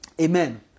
Amen